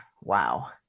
Wow